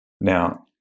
Now